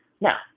Now